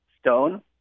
Stone